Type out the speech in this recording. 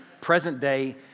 present-day